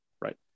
Right